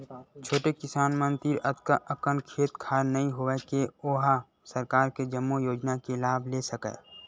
छोटे किसान मन तीर अतका अकन खेत खार नइ होवय के ओ ह सरकार के जम्मो योजना के लाभ ले सकय